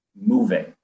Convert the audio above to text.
moving